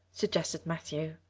suggested matthew.